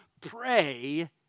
pray